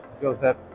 joseph